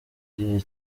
gihe